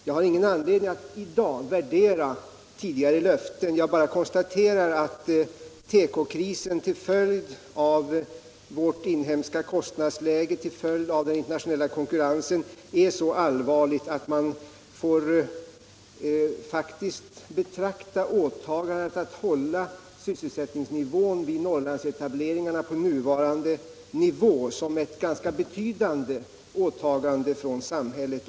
Jag har ingen anledning att i dag värdera tidigare löften — jag bara konstaterar att tekokrisen till följd av vårt inhemska kostnadsläge och den internationella konkurrensen är så allvarlig att man faktiskt får betrakta strävan att hålla sysselsättningsnivån vid Norrlandsetableringarna på nuvarande nivå som ett ganska betydande åtagande från samhället.